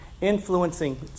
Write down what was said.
influencing